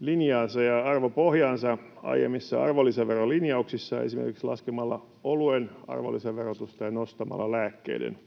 linjaansa ja arvopohjaansa aiemmissa arvonlisäverolinjauksissa esimerkiksi laskemalla oluen arvonlisäverotusta ja nostamalla lääkkeiden.